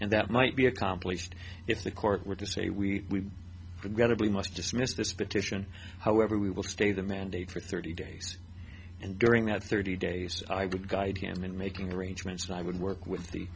and that might be accomplished if the court were to say we got to be must dismiss this petition however we will stay the mandate for thirty days and during that thirty days i would guide him in making arrangements and i would work with the